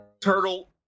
Turtle